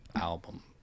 album